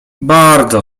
bardzo